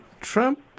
Trump